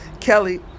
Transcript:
Kelly